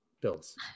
Bills